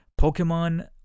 Pokemon